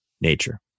nature